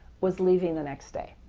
was leaving the next day,